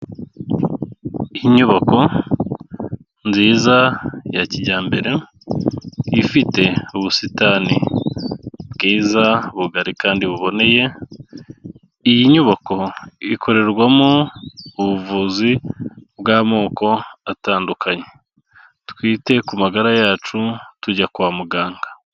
Inyubako nziza ya kijyambere ifite ubusitani bwiza bugari kandi buboneye, iyi nyubako ikorerwamo ubuvuzi bw'amoko atandukanye. Twite ku magara yacu tujya kwa muganga.